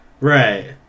Right